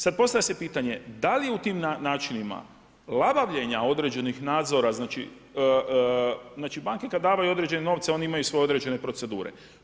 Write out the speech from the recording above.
Sad postavlja se pitanje da li u tim načinima labavljenja određenih nadzora, znači banke kad daju određene novce oni imaju svoje određene procedure.